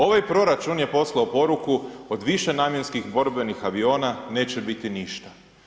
Ovaj proračun je poslao poruku od višenamjenskih borbenih aviona neće biti ništa.